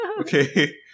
Okay